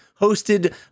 hosted